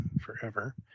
forever